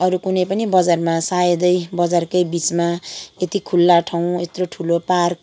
अरू कुनै पनि बजारमा सायदै बजारकै बिचमा यति खुल्ला ठाउँ यत्रो ठुलो पार्क